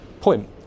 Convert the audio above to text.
point